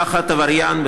לקחת עבריין,